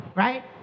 right